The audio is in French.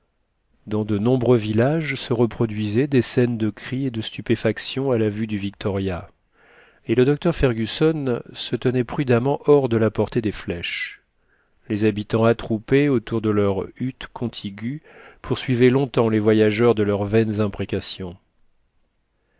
dans de nombreux villages se reproduisaient des scènes de cris et de stupéfaction à la vue du victoria et le docteur fergusson se tenait prudemment hors de la portés des flèches les habitants attroupés autour de leurs huttes contiguës poursuivaient longtemps les voyageurs de leurs vaines imprécations